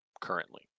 currently